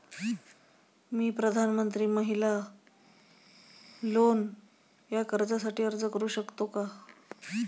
मी प्रधानमंत्री महिला लोन या कर्जासाठी अर्ज करू शकतो का?